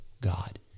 God